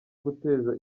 guteza